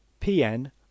pn